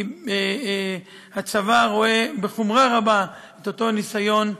כי הצבא רואה בחומרה רבה את אותו ניסיון.